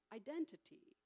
identity